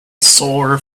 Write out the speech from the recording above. sore